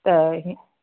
त ही